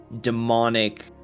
demonic